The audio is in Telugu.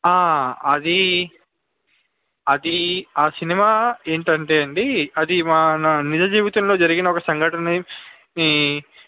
అది ఆ సినిమా ఏంటంటే అండి అది మన నిజ జీవితంలో జరిగిన ఒక సంఘటనని ఈ